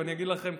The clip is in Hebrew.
אם אתה מטיל ככה,